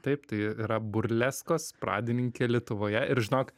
taip tai yra burleskos pradininkė lietuvoje ir žinok